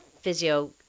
physio